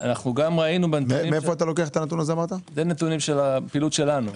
זה מנתונים של הפעילות שלנו.